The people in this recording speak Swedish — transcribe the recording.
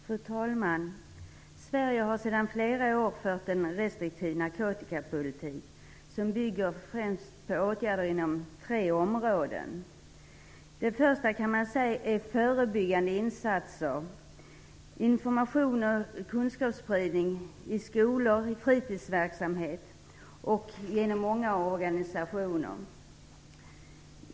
Fru talman! Sverige har sedan flera år fört en restriktiv narkotikapolitik som främst bygger på åtgärder inom tre områden. Det första området är förebyggande insatser; information och kunskapsspridning i skolor och fritidsverksamhet och genom många organisationer.